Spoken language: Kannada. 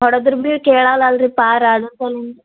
ಹೊಡ್ದ್ರು ಬಿ ಕೇಳಲ್ಲ ಅಲ್ಲಿ ರೀ ಪಾರ ಅದ್ರು ಸಲಿ